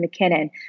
McKinnon